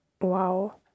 wow